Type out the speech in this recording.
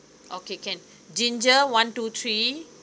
okay can ginger one two three